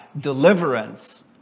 deliverance